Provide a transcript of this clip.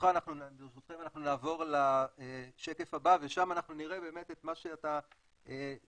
ברשותכם אנחנו נעבור לשקף הבא ושם אנחנו נראה את מה שאתה כיוונת